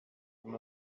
them